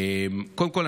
קודם כול,